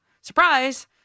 Surprise